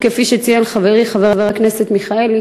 כפי שציין חברי חבר הכנסת מיכאלי,